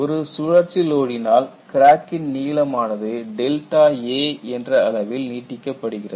ஒரு சுழற்சி லோடினால் கிராக்கின் நீளமானது Δa என்ற அளவில் நீட்டிக்கப்படுகிறது